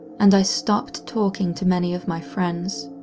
and i stopped talking to many of my friends.